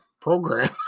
program